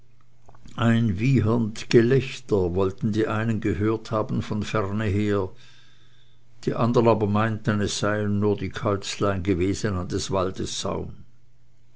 ein wiehernd gelächter wollten die einen gehört haben von ferne her die andern aber meinten es seien nur die käuzlein gewesen an des waldes saum